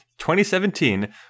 2017